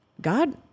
God